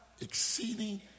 exceeding